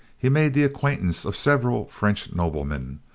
he made the acquaintance of several french noblemen,